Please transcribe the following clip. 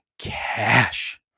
cash